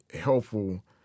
helpful